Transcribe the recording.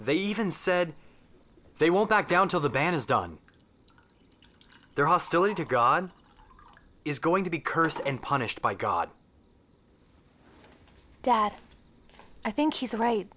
they even said they won't back down till the ban is done their hostility to god is going to be cursed and punished by god that i think he's right